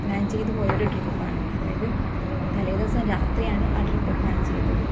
plan ചെയ്ത് പോയൊരു trip ആണ് അതായത് തലേദിവസം രാത്രിയാണ് ആ ട്രിപ്പ് പ്ലാൻ ചെയ്തത്